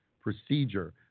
procedure